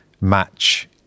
match